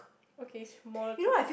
okay small talk